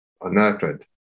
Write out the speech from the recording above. unearthed